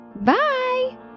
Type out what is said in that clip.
Bye